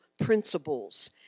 principles